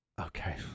Okay